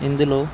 ఇందులో